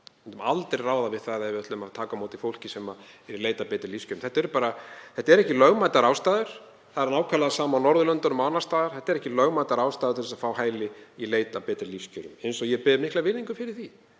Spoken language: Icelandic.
myndum aldrei ráða við það ef við ætluðum að taka á móti fólki sem er í leit að betri lífskjörum. Það eru ekki lögmætar ástæður. Það er nákvæmlega það sama á Norðurlöndunum og annars staðar. Þetta eru ekki lögmætar ástæður til að fá hæli í leit að betri lífskjörum eins og ég ber mikla virðingu fyrir því.